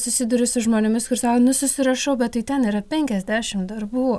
susiduriu su žmonėmis kur sako nu susirašau bet tai ten yra penkiasdešim darbų